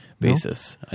basis